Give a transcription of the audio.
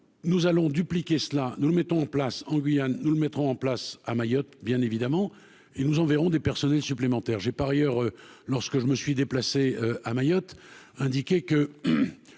nous allons dupliquer cela nous le mettons en place, en Guyane, nous le mettrons en place à Mayotte, bien évidemment et nous enverrons des personnels supplémentaires, j'ai par ailleurs lorsque je me suis déplacé à Mayotte, indiquait que